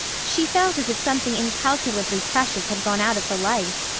she felt as if something incalculably precious had gone out of her life.